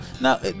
Now